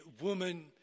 woman